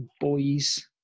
boys